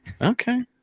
Okay